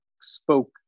spoke